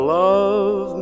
love